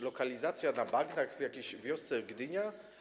Lokalizacja na bagnach w jakiejś wiosce Gdyni?